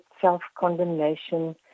self-condemnation